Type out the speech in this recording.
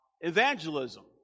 evangelism